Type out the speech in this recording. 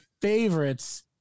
favorites